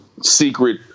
secret